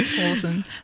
Awesome